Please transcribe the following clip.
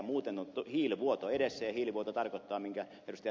muuten on hiilivuoto edessä ja hiilivuoto tarkoittaa minkä ed